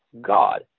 God